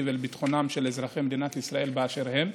ולביטחונם של אזרחי מדינת ישראל באשר הם.